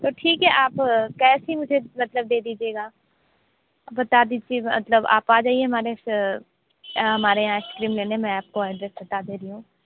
तो ठीक है आप कैश ही मुझे मतलब दे दीजिएगा बता दीजिएगा मतलब आप आ जाइए हमारे हमारे यहाँ आइसक्रीम लेने मैं आपको एड्रेस बता दे रही हूँ